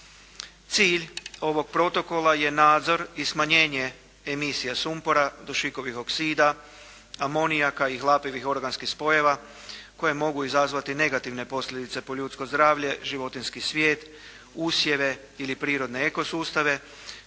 Cilj ovog Protokola je nadzor i smanjenje emisije sumpora, dušikovih oksida, amonijaka i hlapljivih organskih spojeva koje mogu izazvati negativne posljedice po ljudske zdravlje, životinjski svijet, usjeve ili prirodne ekosustave, kao rezultat prekograničnog atmosferskog prijenosa. Još prije pedesetak